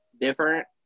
different